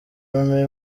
remy